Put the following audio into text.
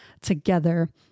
together